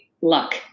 luck